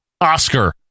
Oscar